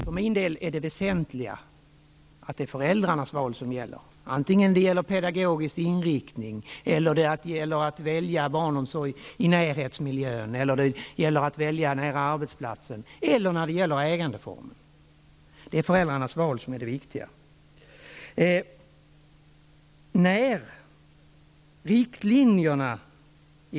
För mig är det väsentliga att det är föräldrarnas val som gäller, vare sig det gäller pedagogisk inriktning på barnomsorgen eller det gäller att välja barnomsorg i närmiljön eller nära arbetsplatsen eller det gäller att välja ägandeform. Det är föräldrarnas val som är det viktiga.